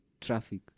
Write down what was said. traffic